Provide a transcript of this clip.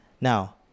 now